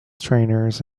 trainers